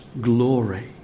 glory